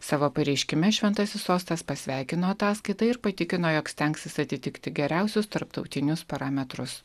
savo pareiškime šventasis sostas pasveikino ataskaitą ir patikino jog stengsis atitikti geriausius tarptautinius parametrus